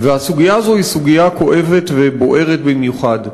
והסוגיה הזאת היא סוגיה כואבת ובוערת במיוחד.